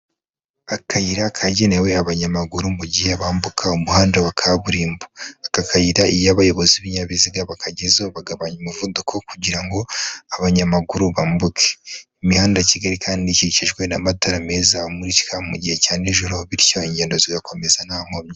Akayira kagenewe abanyamaguru mu gihe bambuka umuhanda wa kaburimbo,.Aka kayira iyo abayobozi b'ibinyabiziga bakagezeho bagabanya umuvuduko kugira ngo abanyamaguru bambuke. Imihanda ya Kigali kandi ikikijwe n'amatara meza amurika mu gihe cya nijoro bityo ingendo zigakomeza nta nkomyi.